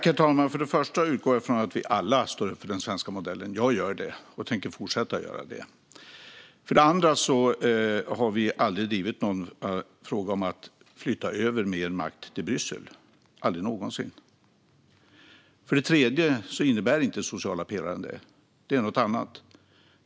Herr talman! För det första utgår jag från att vi alla står upp för den svenska modellen. Jag gör det och tänker fortsätta att göra det. För det andra har vi aldrig någonsin drivit att flytta mer makt till Bryssel. För det tredje innebär inte den sociala pelaren detta. Den är något annat.